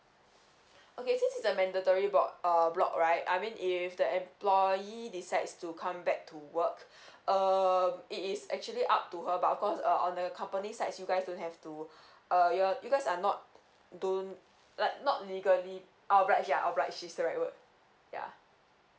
okay this is the mandatory uh block right I mean if the employee decides to come back to work uh it is actually up to her but of course uh on the company sides you guys don't have to uh your you guys are not don't like not legally